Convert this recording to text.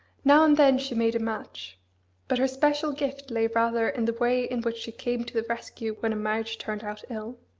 now and then she made a match but her special gift lay rather in the way in which she came to the rescue when a marriage turned out ill.